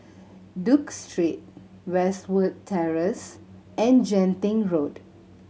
Duke Street Westwood Terrace and Genting Road